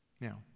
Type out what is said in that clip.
Now